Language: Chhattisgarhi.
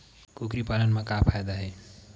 कुकरी पालन म का फ़ायदा हे?